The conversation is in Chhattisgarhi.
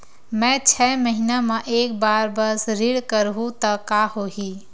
मैं छै महीना म एक बार बस ऋण करहु त का होही?